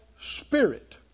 spirit